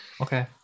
okay